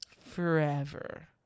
forever